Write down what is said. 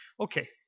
Okay